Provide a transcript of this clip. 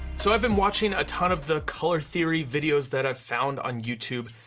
so i've been watching a ton of the color theory videos that i've found on youtube,